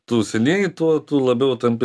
tu senėji tuo tu labiau tampi